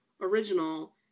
original